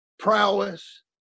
prowess